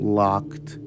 locked